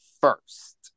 first